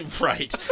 Right